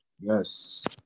yes